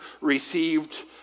received